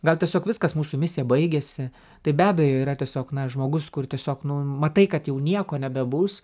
gal tiesiog viskas mūsų misija baigiasi tai be abejo yra tiesiog na žmogus kur tiesiog nu matai kad jau nieko nebebus